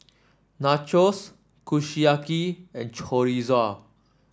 Nachos Kushiyaki and Chorizo